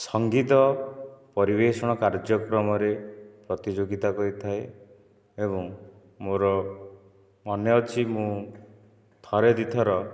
ସଙ୍ଗୀତ ପରିବେଷଣ କାର୍ଯ୍ୟକ୍ରମରେ ପ୍ରତିଯୋଗିତା କରିଥାଏ ଏବଂ ମୋର ମନେ ଅଛି ମୁଁ ଥରେ ଦୁଇ ଥର